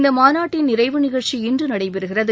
இந்த மாநாட்டின் நிறைவு நிகழ்ச்சி இன்று நடைபெறுகிறது